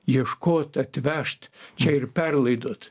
ieškot atvežt čia ir perlaidot